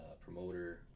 promoter